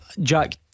Jack